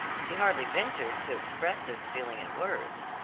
she hardly ventured to express this feeling in words.